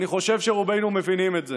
אני חושב שרובנו מבינים את זה.